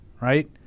right